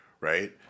right